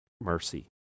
mercy